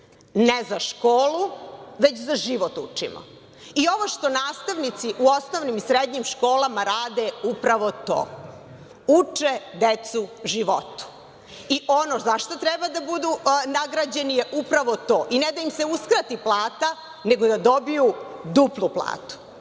ne za školu već za život učimo. Ovo što nastavnici u osnovnim i srednjim škola rade upravo to, uče decu životu. Ono za šta treba da budu nagrađeni je upravo to, i ne da im se uskrati plata nego da dobiju duplu platu.11/1